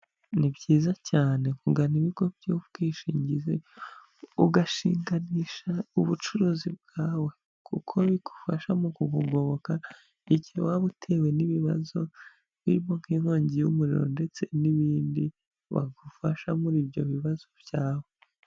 Ni byiza cyane kugana ibigo by'ubwishingizi, ugashinganisha ubucuruzi bwawe kuko bigufasha mu kukugoboka igihe waba utewe n'ibibazo birimo nk'inkongi y'umuriro ndetse n'ibindi, bagufasha muri ibyo bibazo byawe.